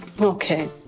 Okay